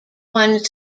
one